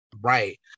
right